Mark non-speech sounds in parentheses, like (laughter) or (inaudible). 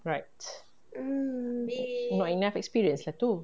right (noise) not enough experience lah tu